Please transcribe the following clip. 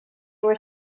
were